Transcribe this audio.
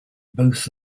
both